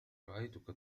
رأيتك